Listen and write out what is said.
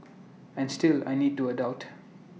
and still I need to adult